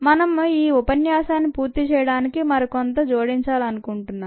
మనము ఈ ఉపన్యాసాన్ని పూర్తి చేయడానికి మరి కొంత జోడించాలనుకుంటున్నాను